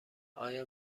آیا